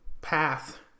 path